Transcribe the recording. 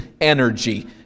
energy